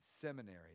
seminary